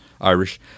Irish